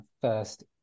first